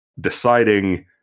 deciding